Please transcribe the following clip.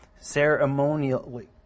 ceremonially